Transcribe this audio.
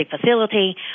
facility